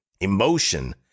emotion